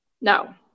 No